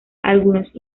algunos